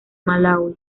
malaui